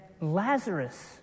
Lazarus